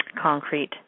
concrete